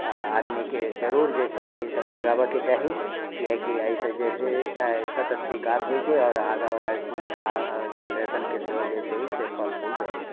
आदमीके जरूर जे छै से ई सब लगाबेके चाही ई हइ कि एहि से जे हइ सतत विकास होइत छै आओर आगाँ बाला जेनरेशनके सेहो जे छै से फल फूल भेटैत रहैत छै